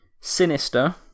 sinister